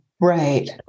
Right